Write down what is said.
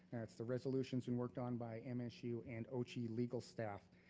that's the resolution's been worked on by msu and oche legal staff.